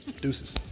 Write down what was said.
Deuces